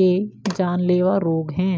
के जानलेवा रोग हैं